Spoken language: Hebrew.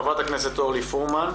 בבקשה, חברת הכנסת אורלי פרומן.